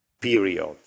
period